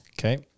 Okay